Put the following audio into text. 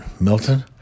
Milton